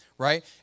Right